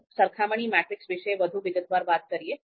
ચાલો સરખામણી મેટ્રિક્સ વિશે વધુ વિગતવાર વાત કરીએ